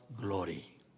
glory